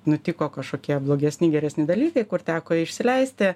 nutiko kažkokie blogesni geresni dalykai kur teko išsileisti